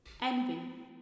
Envy